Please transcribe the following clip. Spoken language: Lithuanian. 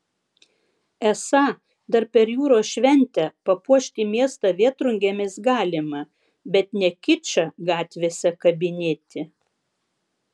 esą dar per jūros šventę papuošti miestą vėtrungėmis galima bet ne kičą gatvėse kabinėti